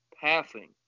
passing